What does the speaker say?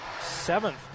seventh